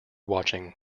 watching